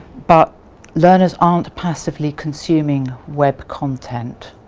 but learners aren't passively consuming web content.